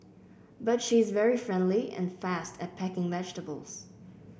but she is very friendly and fast at packing vegetables